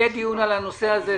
יהיה דיון על הנושא הזה.